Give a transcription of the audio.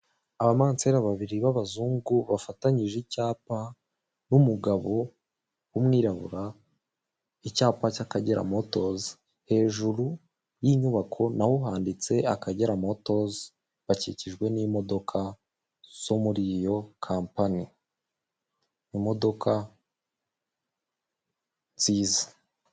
Abamansera babiri b'abazungu, bafatanyije icyapa, n'umugabo w'umwirabura, icyapa cy'Akagera motozi, hejuru y'inyubako na ho handitse Akagera motozi, hakikijwe n'imodoka zo muri iyo kampani. Imodoka nziza.